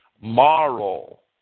moral